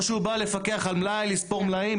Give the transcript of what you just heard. או שהוא בא לפקח על מלאי, לספור מלאים?